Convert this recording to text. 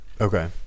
okay